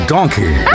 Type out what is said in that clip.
Donkey